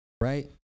right